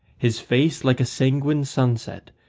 his face like a sanguine sunset,